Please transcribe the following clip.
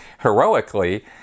heroically